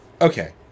Okay